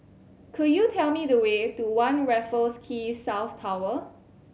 could you tell me the way to One Raffles Quay South Tower